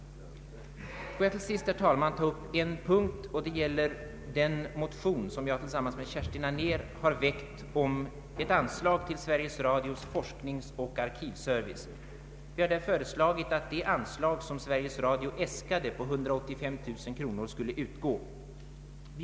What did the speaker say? Låt mig till sist, herr talman, ta upp en fråga som har berörts i den motion som jag har väckt tillsammans med fru Kerstin Anér. I motionen begärs ett anslag till Sveriges Radios forskningsoch arkivservice. Vi har föreslagit att det anslag som Sveriges Radio äskade på 185 000 kronor skall ställas till förfogande.